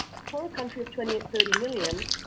for a country of twenty, thirty million,